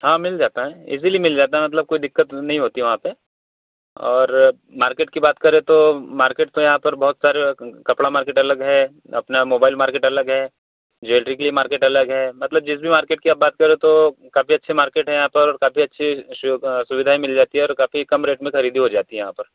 हाँ मिल जाता है इजली मिल जाता है मतलब कोई दिक्कत नहीं होती है वहाँ पे और मार्केट की बात करे तो मार्केट में यहाँ पर बहुत सारे कपड़ा मार्केट अलग है अपना मोबाइल मार्केट अलग है ज्वेलरी की मार्केट अलग है मतलब जिस भी मार्केट की आप बात करें तो काफ़ी अच्छे मार्केट हैं यहाँ पर काफ़ी अच्छी सुविध सुविधायें मिल जाती हैं और काफ़ी कम रेट में खरीदी हो जाती है यहाँ पर